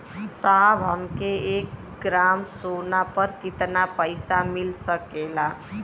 साहब हमके एक ग्रामसोना पर कितना पइसा मिल सकेला?